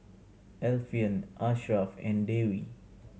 Alfian Asharaff and Dewi